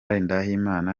ngendahimana